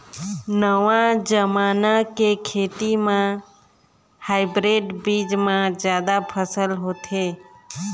नवा जमाना के खेती म हाइब्रिड बीज म जादा फसल होथे